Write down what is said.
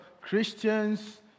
Christians